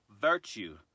virtue